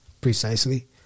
precisely